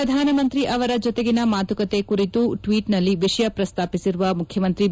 ಪ್ರಧಾನ ಮಂತ್ರಿ ಅವರ ಜೊತೆಗಿನ ಮಾತುಕತೆ ಕುರಿತು ಟ್ವೀಟ್ನಲ್ಲಿ ವಿಷಯ ಪ್ರಸ್ತಾಪಿಸಿರುವ ಮುಖ್ಯಮಂತ್ರಿ ಬಿ